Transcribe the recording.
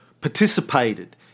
participated